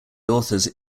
authors